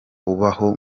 ubaho